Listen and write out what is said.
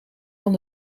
van